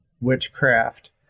witchcraft